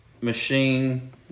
machine